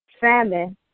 Famine